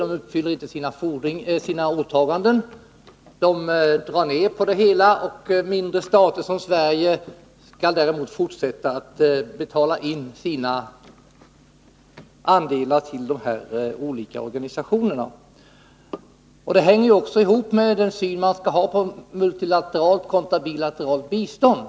Man uppfyller alltså inte sina åtaganden, medan mindre stater som Sverige skall fortsätta att betala in sina andelar till de olika organisationerna. Detta hänger ihop med den syn man har på multilateralt kontra bilateralt bistånd.